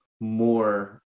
more